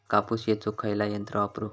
कापूस येचुक खयला यंत्र वापरू?